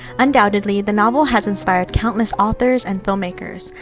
undoubtedly, the novel has inspired countless authors and filmmakers,